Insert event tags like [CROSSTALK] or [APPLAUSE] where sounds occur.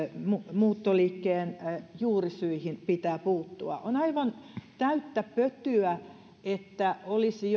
muuttoliikkeen juurisyihin pitää puuttua on aivan täyttä pötyä että olisi [UNINTELLIGIBLE]